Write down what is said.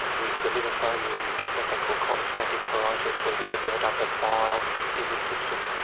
with the liver failure you get what they call call cholestatic pruritus weather is a build-up of bile in the system.